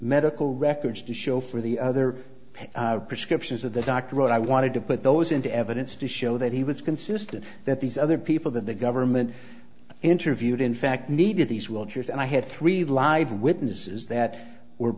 medical records to show for the other prescriptions of the doctor i wanted to put those into evidence to show that he was consistent that these other people that the government interviewed in fact needed these will just and i had three live witnesses that were